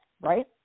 right